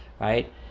right